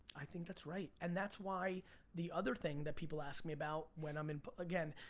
i think that's right. and that's why the other thing that people ask me about when i'm in, again,